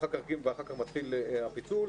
ואחר כך מתחיל הפיצול,